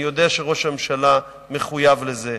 אני יודע שראש הממשלה מחויב לזה.